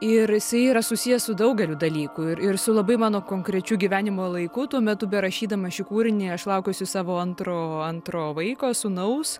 ir jisai yra susijęs su daugeliu dalykų ir ir su labai mano konkrečiu gyvenimo laiku tuo metu berašydama šį kūrinį aš laukiausi savo antro antro vaiko sūnaus